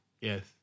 Yes